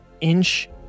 inch